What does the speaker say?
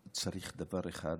צריך דבר אחד,